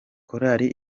korari